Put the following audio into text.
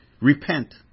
Repent